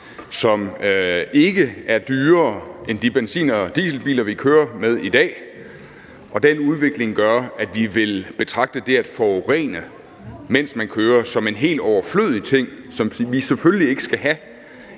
som ikke er dyrere end de benzin- og dieselbiler, vi kører i i dag, og den udvikling gør, at vi vil betragte det at forurene, mens man kører, som en helt overflødig ting, som vi selvfølgelig ikke skal have